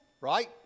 Right